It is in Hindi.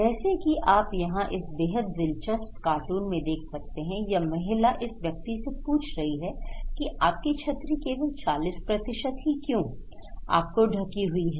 जैसे कि आप यहां इस बेहद दिलचस्प कार्टून में देख सकते हैं यह महिला इस व्यक्ति से पूछ रही है कि आप की छतरी केवल 40 ही क्यों आपको ढकी हुई है